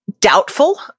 Doubtful